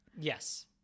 Yes